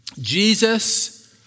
Jesus